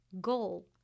goal